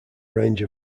range